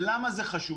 ולמה זה חשוב?